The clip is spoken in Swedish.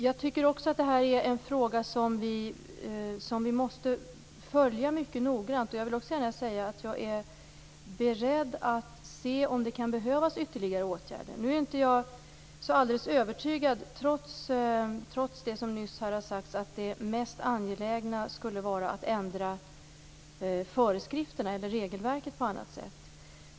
Jag tycker också att det här är en fråga som vi måste följa mycket noggrant. Jag är beredd att se om det kan behövas ytterligare åtgärder. Trots det som nyss har sagts är jag inte alldeles övertygad om att det mest angelägna skulle vara att ändra föreskrifterna eller regelverket.